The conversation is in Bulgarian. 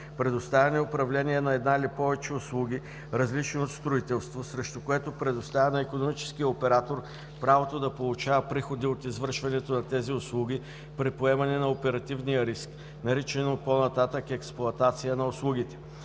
предоставяне и управление на една или повече услуги, различни от строителство, срещу което предоставя на икономическия оператор правото да получава приходи от извършването на тези услуги при поемане на оперативния риск, наричано по-нататък „експлоатация на услугите“.